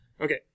Okay